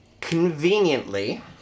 Conveniently